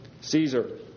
Caesar